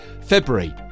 February